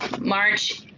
March